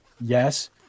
Yes